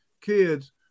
kids